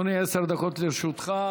אדוני, עשר דקות לרשותך.